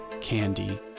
candy